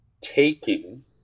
taking